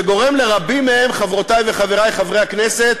שגורם לרבים מהם, חברותי וחברי חברי הכנסת,